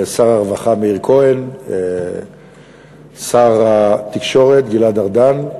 שר הרווחה מאיר כהן, שר התקשורת גלעד ארדן,